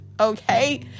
okay